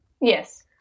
Yes